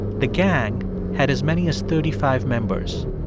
the gang had as many as thirty five members.